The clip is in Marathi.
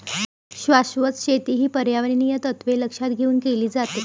शाश्वत शेती ही पर्यावरणीय तत्त्वे लक्षात घेऊन केली जाते